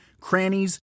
crannies